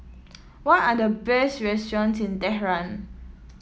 what are the best restaurants in Tehran